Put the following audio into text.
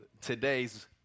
today's